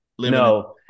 No